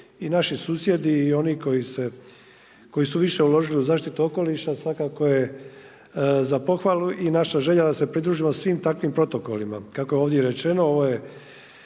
i naši susjedi i oni koji su više uložili u zaštitu okoliša svakako je za pohvalu. I naša želja da se pridružimo svim takvim protokolima. Kako je ovdje rečeno